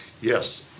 Yes